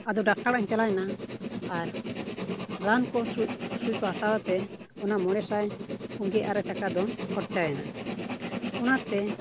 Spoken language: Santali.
ᱟᱫᱚ ᱰᱟᱠᱛᱟᱨ ᱚᱲᱟᱜ ᱤᱧ ᱪᱟᱞᱟᱣᱮᱱᱟ ᱟᱨ ᱨᱟᱱ ᱠᱚ ᱥᱩᱭ ᱠᱚ ᱦᱟᱛᱟᱣ ᱠᱟᱛᱮᱫ ᱚᱱᱟ ᱢᱚᱬᱮ ᱥᱟᱭ ᱯᱩᱱ ᱜᱮ ᱟᱨᱮ ᱴᱟᱠᱟ ᱫᱚ ᱠᱷᱚᱨᱪᱟᱭᱮᱱᱟ ᱚᱱᱟᱛᱮ